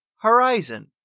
Horizon